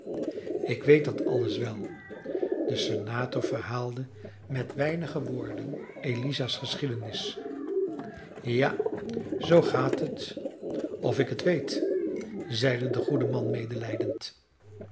ik weet dat alles wel de senator verhaalde met weinige woorden eliza's geschiedenis ja zoo gaat het of ik het weet zeide de goede man medelijdend